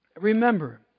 Remember